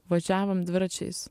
važiavom dviračiais